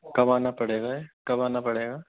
कब आना पड़ेगा ये कब आना पड़ेगा